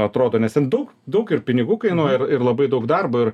atrodo nes ten daug daug ir pinigų kainuoja ir labai daug darbo ir